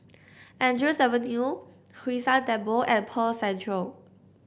Andrews Avenue Hwee San Temple and Pearl Centre